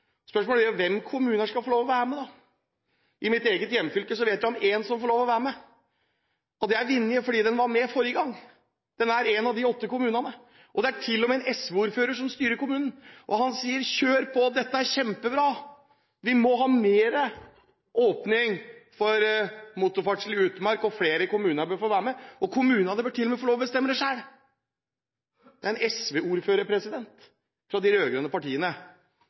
Spørsmålet er da: Hvilke kommuner skal få lov til å være med? I mitt eget hjemfylke vet jeg om én som får lov til å være med, og det er Vinje, fordi den var med forrige gang – den er en av de åtte kommunene. Det er til og med en SV-ordfører som styrer den kommunen, og han sier at man skal kjøre på, at dette er kjempebra, at det må åpnes for mer motorferdsel i utmark, at flere kommuner bør få lov til å være med, og at kommunene til og med bør få lov til å bestemme det selv – en SV-ordfører, fra